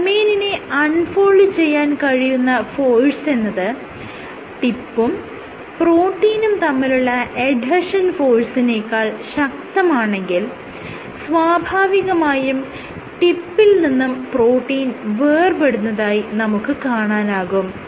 ഒരു ഡൊമെയ്നിനെ unfold ചെയ്യാൻ കഴിയുന്ന ഫോഴ്സെന്നത് ടിപ്പും പ്രോട്ടീനും തമ്മിലുള്ള എഡ്ഹെഷൻ ഫോഴ്സിനെക്കാൾ ശക്തമാണെങ്കിൽ സ്വാഭാവികമായും ടിപ്പിൽ നിന്നും പ്രോട്ടീൻ വേർപെടുന്നതായി നമുക്ക് കാണാനാകും